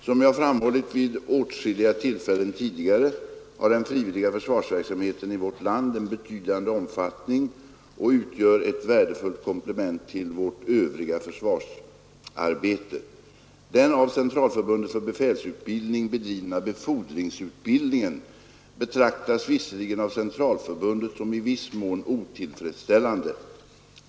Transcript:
Som jag framhållit vid åtskilliga tillfällen tidigare har den frivilliga försvarsverksamheten i vårt land en betydande omfattning och utgör ett värdefullt komplement till vårt övriga försvarsarbete. Den av Centralförbundet för befälsutbildning bedrivna befordringsutbildningen betraktas visserligen av Centralförbundet som i viss mån otillfredsställande.